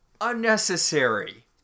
unnecessary